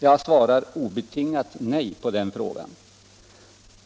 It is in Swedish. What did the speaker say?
Jag svarar obetingat nej på den frågan.